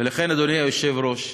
ולכן, אדוני היושב-ראש,